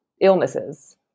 illnesses